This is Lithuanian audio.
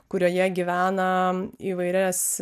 kurioje gyvena įvairias